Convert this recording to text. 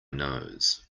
nose